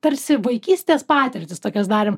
tarsi vaikystės patirtis tokias darėm